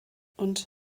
und